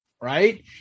Right